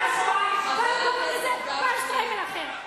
כל יום קם, פעם שטריימל אחר.